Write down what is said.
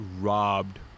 robbed